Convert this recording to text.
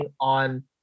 on